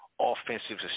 offensive